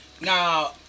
Now